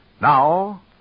Now